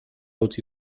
utzi